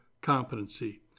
competency